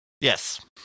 Yes